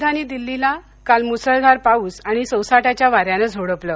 राजधानी दिल्लीला काल मुसळधार पाउस आणि सोसाट्याच्या वार्याने झोडपलं